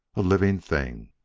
a living thing.